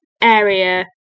area